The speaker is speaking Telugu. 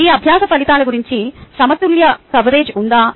ఈ అభ్యాస ఫలితాల గురించి సమతుల్య కవరేజ్ ఉందా